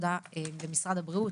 תודה למשרד הבריאות,